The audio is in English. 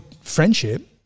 friendship